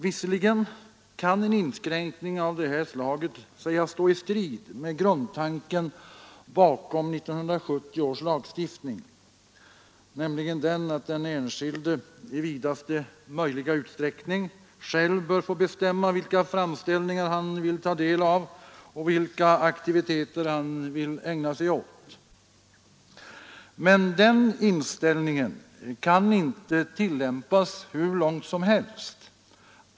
Visserligen kan en inskränkning av det här slaget sägas stå i strid med grundtanken bakom 1970 års lagstiftning, nämligen att den enskilde i vidaste möjliga utsträckning själv bör få bestämma vilka föreställningar man vill ta del av och vilka aktiviteter man vill ägna sig åt. Men den inställningen kan inte tillämpas hur långt som helst.